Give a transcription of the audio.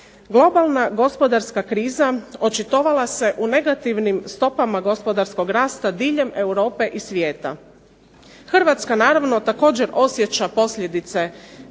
Globalna gospodarska kriza očitovala se u negativnim stopama gosporadkog rasta diljem Europe i svijeta. Hrvatska naravno također osjeća posljedice